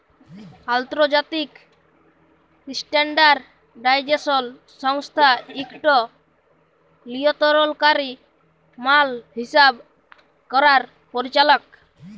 আলতর্জাতিক ইসট্যানডারডাইজেসল সংস্থা ইকট লিয়লতরলকারি মাল হিসাব ক্যরার পরিচালক